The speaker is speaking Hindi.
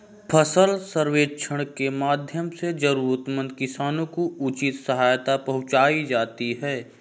फसल सर्वेक्षण के माध्यम से जरूरतमंद किसानों को उचित सहायता पहुंचायी जाती है